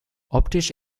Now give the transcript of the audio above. optisch